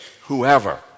whoever